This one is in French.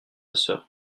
sœur